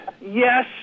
Yes